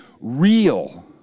real